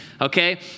okay